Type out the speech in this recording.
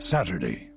Saturday